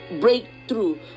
breakthrough